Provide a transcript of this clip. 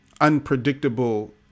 unpredictable